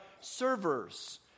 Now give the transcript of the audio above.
servers